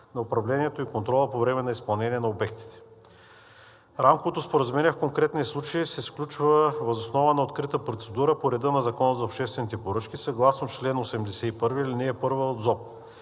на управлението и контрола по време на изпълнение на обектите. Рамковото споразумение в конкретния случай се сключва въз основа на открита процедура по реда на Закона за обществените поръчки съгласно чл. 81, ал. 1 от ЗОП.